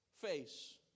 face